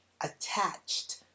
attached